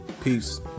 Peace